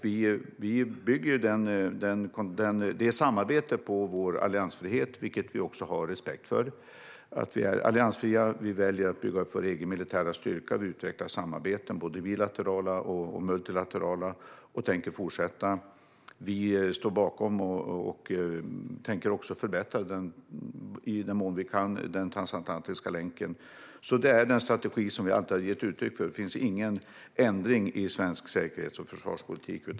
Vi bygger det samarbetet på vår alliansfrihet, som vi har respekt för. Vi väljer att bygga upp vår egen militära styrka. Vi utvecklar samarbeten, både bilaterala och multilaterala, och tänker fortsätta med det. Vi står bakom och tänker i den mån vi kan förbättra den transatlantiska länken. Det är den strategi som vi alltid har gett uttryck för. Det finns ingen ändring i svensk säkerhets och försvarspolitik.